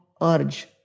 urge